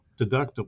deductible